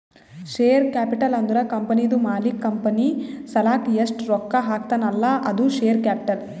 share capital ಅಂದುರ್ ಕಂಪನಿದು ಮಾಲೀಕ್ ಕಂಪನಿ ಸಲಾಕ್ ಎಸ್ಟ್ ರೊಕ್ಕಾ ಹಾಕ್ತಾನ್ ಅಲ್ಲಾ ಅದು ಶೇರ್ ಕ್ಯಾಪಿಟಲ್